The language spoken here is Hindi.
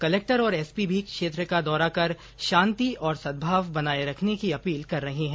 कलेक्टर और एसपी भी क्षेत्र का दौरा कर शांति और सद्भाव बनाए रखने की अपील कर रहे हैं